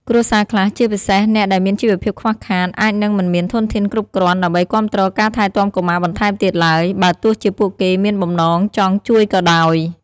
គ្រួសារខ្លះ ជាពិសេសអ្នកដែលមានជីវភាពខ្វះខាត អាចនឹងមិនមានធនធានគ្រប់គ្រាន់ដើម្បីគាំទ្រការថែទាំកុមារបន្ថែមទៀតឡើយ បើទោះជាពួកគេមានបំណងចង់ជួយក៏ដោយ។